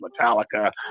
metallica